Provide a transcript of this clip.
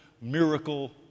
miracle